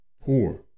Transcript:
poor